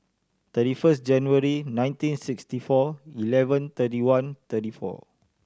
thirty first January nineteen sixty four eleven thirty one thirty four